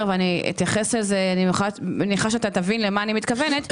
ואני מניחה שעופר כסיף יבין למה אני מתכוונת.